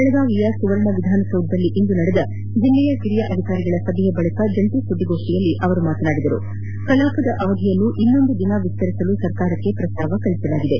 ಬೆಳಗಾವಿಯ ಸುವರ್ಣ ವಿಧಾನಸೌಧದಲ್ಲಿ ಇಂದು ನಡೆದ ಜಿಲ್ಲೆಯ ಹಿರಿಯ ಅಧಿಕಾರಿಗಳ ಸಭೆಯ ಬಳಿಕ ಜಂಟಿ ಸುದ್ದಿಗೋಷ್ನಿಯಲ್ಲಿ ಅವರು ಮಾತನಾಡಿ ಕಲಾಪದ ಅವಧಿಯನ್ನು ಇನ್ನೊಂದು ದಿನ ವಿಸ್ತರಿಸಲು ಸರ್ಕಾರಕ್ಕೆ ಪ್ರಸ್ತಾವ ಕಳಿಸಲಾಗಿದೆ